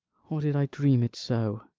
or did i dream it so?